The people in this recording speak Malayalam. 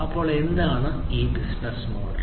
അപ്പോൾ എന്താണ് ഈ ബിസിനസ് മോഡൽ